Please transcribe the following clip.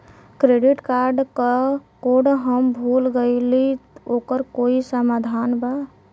Credit card क code हम भूल गइली ओकर कोई समाधान बा?